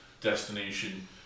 destination